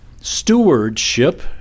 Stewardship